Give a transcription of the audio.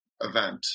event